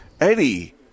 Eddie